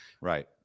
Right